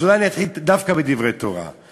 אז אולי אתחיל דווקא בדברי תורה: